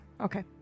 okay